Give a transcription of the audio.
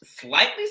slightly